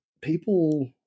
people